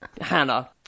Hannah